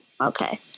okay